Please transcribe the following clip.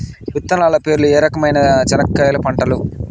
విత్తనాలు పేర్లు ఏ రకమైన చెనక్కాయలు పంటలు?